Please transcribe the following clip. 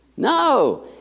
No